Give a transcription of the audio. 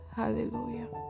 hallelujah